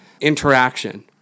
interaction